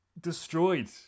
destroyed